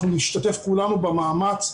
אנחנו תגברנו את המוקד שלנו,